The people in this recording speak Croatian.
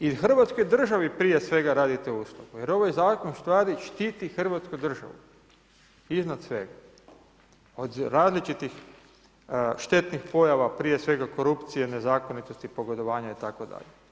I hrvatskoj državi prije svega radite uslugu jer ovaj zakon ustvari štiti hrvatsku državu i iznad svega, od različitih štetnih pojava prije svega korupcije, nezakonitosti, pogodovanja itd.